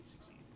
succeed